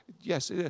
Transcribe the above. Yes